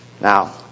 Now